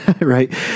right